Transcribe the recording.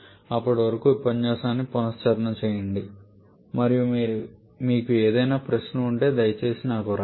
అప్పటి వరకు ఈ ఉపన్యాసాన్ని పునశ్చరణ చేయండి మరియు మీకు ఏదైనా ప్రశ్న ఉంటే దయచేసి నాకు వ్రాయండి